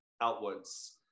outwards